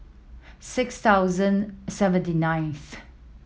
six thousand seventy ninth